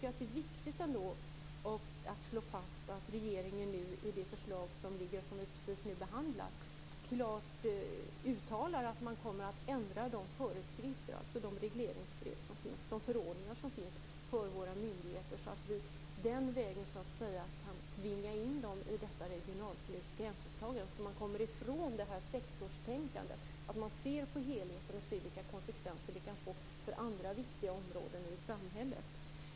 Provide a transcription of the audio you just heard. Jag tycker ändå att det är viktigt att slå fast att regeringen i det förslag som vi behandlar nu klart uttalar att man kommer att ändra de föreskrifter - regleringsbrev eller förordningar - som finns för våra myndigheter, så att vi den vägen kan tvinga in dem i detta regionalpolitiska hänsynstagande. Då kommer vi ifrån sektorstänkandet. Vi måste se på helheten och på vilka konsekvenser åtgärder kan få på andra viktiga områden i samhället.